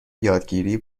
یادگیری